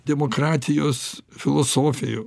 demokratijos filosofijų